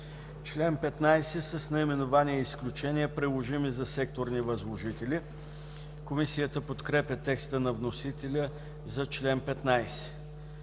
Член 15 с наименование „Изключения, приложими за секторни възложители”. Комисията подкрепя текста на вносителя за чл. 15.